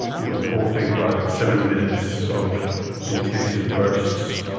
you know the whole thing about seven minutes of intensive bursts,